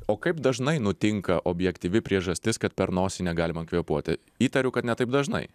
o kaip dažnai nutinka objektyvi priežastis kad per nosį negalima kvėpuoti įtariu kad ne taip dažnai